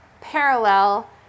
parallel